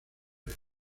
red